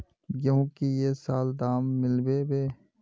गेंहू की ये साल दाम मिलबे बे?